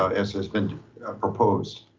ah as has been proposed.